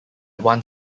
one